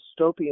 dystopian